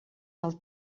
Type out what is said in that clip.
del